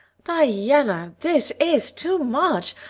diana, this is too much.